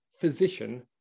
physician